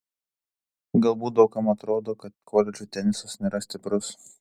galbūt daug kam atrodo kad koledžų tenisas nėra stiprus